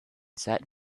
sat